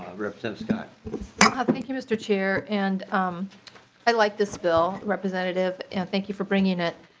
representative scott ah thank you mr. chair. and i like this bill representative and thank you for bringing it.